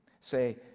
say